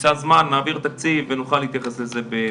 תמצא זמן, נעביר תקציב, ונוכל להתייחס לזה.